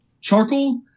Charcoal